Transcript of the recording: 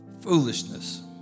foolishness